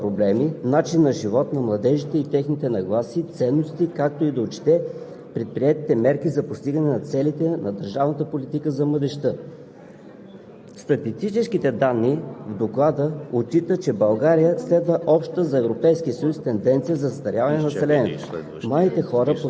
и се одобрява ежегодно от Народното събрание. Основна цел на документа е да покаже специфичните за тази целева група проблеми, начина на живот на младежите и техните нагласи и ценности, както и да отчете предприетите мерки за постигане на целите на държавната политика за младежта.